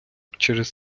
через